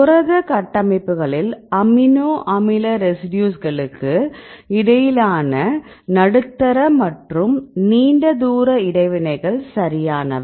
புரத கட்டமைப்புகளில் அமினோ அமில ரெசிடியூஸ்களுக்கு இடையிலான நடுத்தர மற்றும் நீண்ட தூர இடைவினைகள் சரியானவை